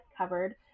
covered